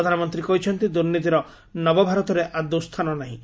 ପ୍ରଧାନମନ୍ତ୍ରୀ କହିଛନ୍ତି ଦୁର୍ନୀତିର ନବ ଭାରତରେ ଆଦୌ ସ୍ଥାନ ନାହିଁ